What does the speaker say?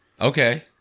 Okay